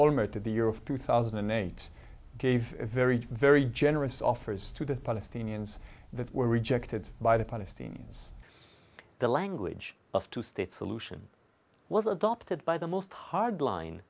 almost to the year of two thousand and eight give very very generous offers to the palestinians that were rejected by the palestinians the language of two state solution was adopted by the most hard line